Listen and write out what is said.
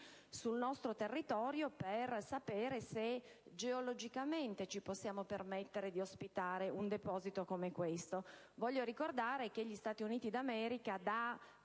sul nostro territorio per sapere se geologicamente ci possiamo permettere di ospitare un deposito come questo. Voglio ricordare che da 30 anni gli Stati Uniti d'America